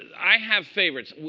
i have favorites.